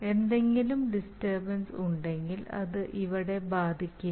എന്തെങ്കിലും ഡിസ്റ്റർബൻസ് ഉണ്ടെങ്കിൽ അത് ഇവിടെ ബാധിക്കില്ല